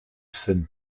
scène